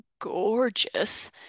gorgeous